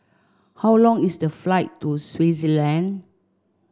how long is the flight to Swaziland